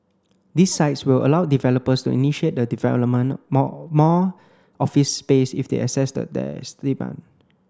these sites will allow developers to initiate the development more more office space if they assess that there is demand